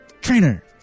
Trainer